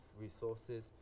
resources